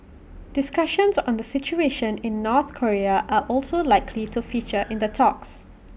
discussions on the situation in North Korea are also likely to feature in the talks